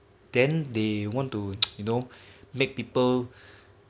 then they want to you know make people